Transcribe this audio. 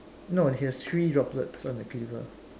no he has three droplets on the cleaver